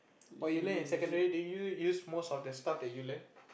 what you learn in secondary do you use most of the stuff that you learn